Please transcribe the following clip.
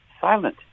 silent